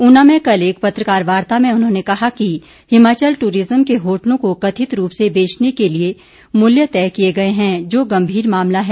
ऊना में कल एक पत्रकारवार्ता में उन्होंने कहा कि हिमाचल ट्ररिज्म के होटलों को कथित रूप से बेचने के लिए मूल्य तय किए गए हैं जो गम्भीर मामला है